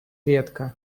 редко